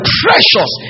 precious